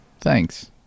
thanks